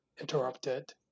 interrupted